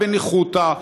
בניחותא,